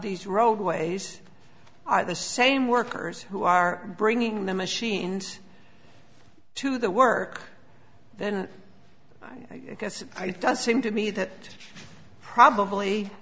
these roadways are the same workers who are bringing the machines to the work then i guess it does seem to me that probably